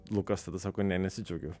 lukas tada sako ne nesidžiaugiau